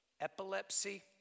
epilepsy